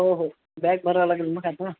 हो हो बॅग भरावं लागेल ना